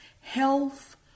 Health